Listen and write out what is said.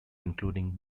including